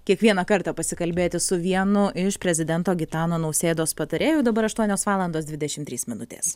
kiekvieną kartą pasikalbėti su vienu iš prezidento gitano nausėdos patarėjų dabar aštuonios valandos dvidešim trys minutės